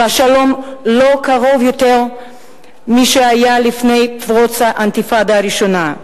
והשלום לא קרוב יותר משהיה לפני פרוץ האינתיפאדה הראשונה.